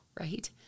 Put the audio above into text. right